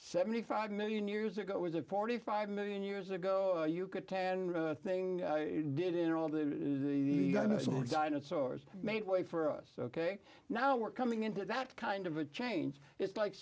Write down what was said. seventy five million years ago it was a forty five million years ago yucatan thing did in all the dinosaurs made way for us ok now we're coming into that kind of a change it's like